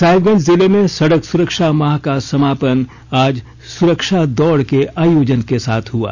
साहिबगंज जिले में सड़क सुरक्षा माह का समापन आज सुरक्षा दौड़ के आयोजन के साथ हुआ